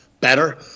better